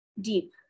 deep